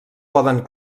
poden